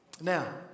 Now